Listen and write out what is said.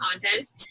content